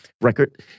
record